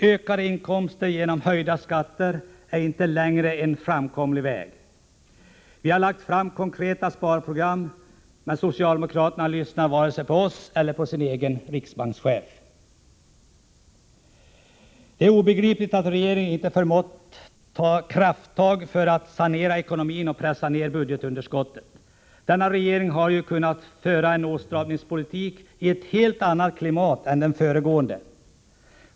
Ökade inkomster genom höjda skatter är inte längre en framkomlig väg. Vi har lagt fram konkreta sparprogram, men socialdemokraterna lyssnar varken på oss eller på sin egen riksbankschef. Det är obegripligt att regeringen inte förmått sig att ta krafttag för att sanera ekonomin och pressa ned budgetunderskottet. Denna regering har ju kunnat föra åtstramningspolitik i ett helt annat klimat än föregående regering kunde göra.